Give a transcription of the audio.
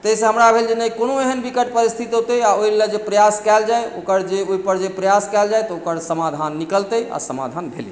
ताहि से हमरा भेल जे नहि कओनो विकट परिस्थिति औते आओर ओहि ले जे प्रयास कयल जाइ ओकर जे ओहि पर जे प्रयास कयल जाइ तऽ ओकर समाधान निकलतै आ समाधान भेलै